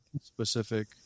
specific